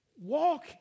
walk